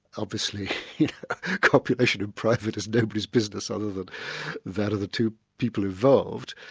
obviously copulation in private is nobody's business other than that of the two people involved.